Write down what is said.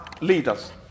leaders